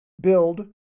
build